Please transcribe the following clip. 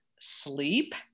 sleep